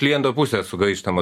kliento pusės sugaištama